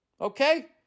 Okay